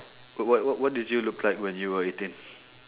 but what what what did you look like when you were eighteen